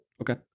okay